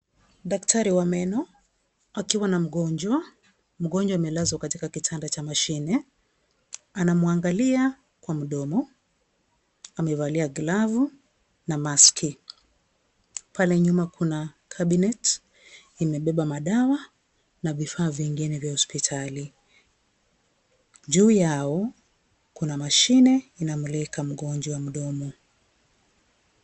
Daktari wa meno akiwa na mgonjwa, mgonjwa amelazwa katika kitanda cha mashine, anamwangalia kwa mdomo, amevalia glavu na maski. Pale nyuma kuna cabinet imebeba madawa na vifaa vingine vya hospitali. Juu yao kuna mashine inamulika mgonjwa mdomo.